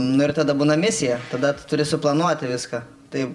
nu ir tada būna misija tada turi suplanuoti viską taip